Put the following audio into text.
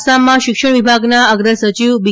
આસામમાં શિક્ષણ વિભાગના અગ્ર સચિવ બી